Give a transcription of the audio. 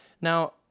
Now